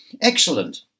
Excellent